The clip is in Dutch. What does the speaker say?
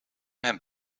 hem